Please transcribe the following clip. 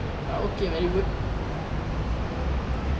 so okay very good